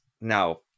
now